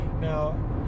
Now